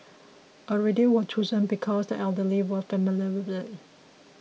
a radio was chosen because the elderly were familiar with it